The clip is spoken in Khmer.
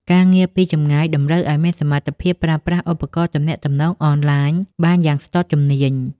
ការងារពីចម្ងាយតម្រូវឱ្យមានសមត្ថភាពប្រើប្រាស់ឧបករណ៍ទំនាក់ទំនងអនឡាញបានយ៉ាងស្ទាត់ជំនាញ។